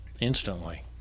instantly